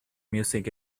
music